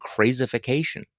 crazification